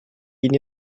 ini